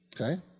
Okay